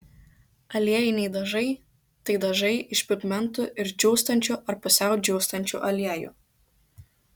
aliejiniai dažai tai dažai iš pigmentų ir džiūstančių ar pusiau džiūstančių aliejų